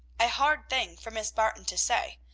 a hard thing for miss barton to say,